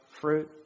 fruit